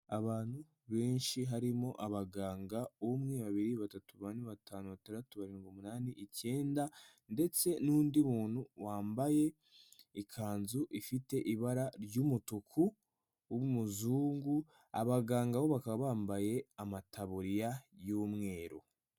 Abantu benshi harimo abaganga, umwe, babiri, batatu, bane, batanu, batandatu, barindwi, umunani, icyenda, ndetse n'undi muntu wambaye ikanzu ifite ibara ry'umutuku w'umuzungu, abaganga bo bakaba bambaye amataburiya y'umweru.